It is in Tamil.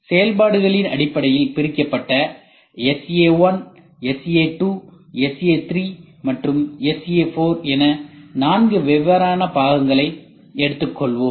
செயல்பாடுகளின் அடிப்படையில் பிரிக்கப்பட்ட SA1 SA2 SA3 மற்றும் SA4 என 4 வெவ்வேறான பாகங்களை எடுத்துக்கொள்வோம்